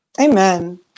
Amen